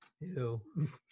Ew